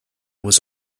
was